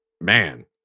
man